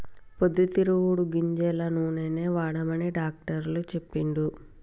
పొద్దు తిరుగుడు గింజల నూనెనే వాడమని డాక్టర్ చెప్పిండు